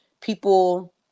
people